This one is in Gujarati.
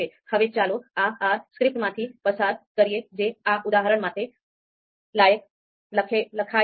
હવે ચાલો આ R સ્ક્રિપ્ટમાંથી પસાર કરીએ જે આ ઉદાહરણ માટે લખાયેલ છે